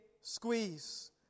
squeeze